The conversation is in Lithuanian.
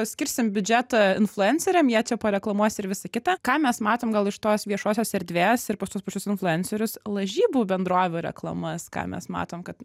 skirsim biudžetą influenceriam jie čia pareklamuos ir visa kita ką mes matom gal iš tos viešosios erdvės ir pas tuos pačius influencerius lažybų bendrovių reklamas ką mes matom kad